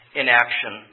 inaction